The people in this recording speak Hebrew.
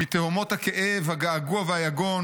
"מתהומות הכאב, הגעגוע והיגון